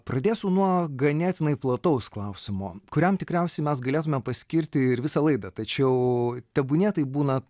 pradėsiu nuo ganėtinai plataus klausimo kuriam tikriausiai mes galėtume paskirti ir visą laidą tačiau tebūnie taip būna